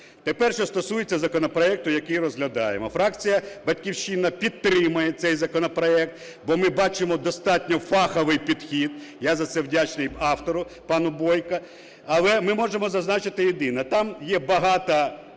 Тепер що стосується законопроекту, який розглядаємо. Фракція "Батьківщина" підтримає цей законопроект, бо ми бачимо достатньо фаховий підхід, я за це вдячний автору – пану Бойку. Але ми можемо зазначити єдине. Там є багато